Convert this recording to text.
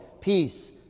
peace